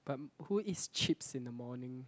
but who eat chips in the morning